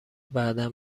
بعدا